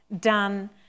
done